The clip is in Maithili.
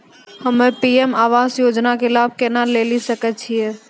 हम्मे पी.एम आवास योजना के लाभ केना लेली सकै छियै?